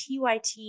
TYT